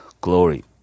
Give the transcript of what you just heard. glory